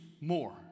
more